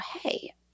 hey